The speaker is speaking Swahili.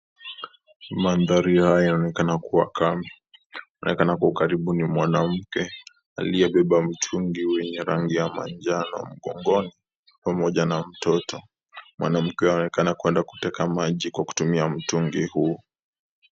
Maandhari haya yanaonekana kuwa camp na karibu ni mwanamke aliyebeba mtungi wenye rangi wa manjano mgongoni pamoja na mtoto. Mwanamke anaonekana kwenda kutega maji kwa kutumia mtungi huu.